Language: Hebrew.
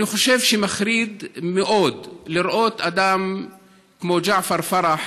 אני חושב שמחריד מאוד לראות אדם כמו ג'עפר פרח